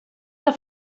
que